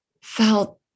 felt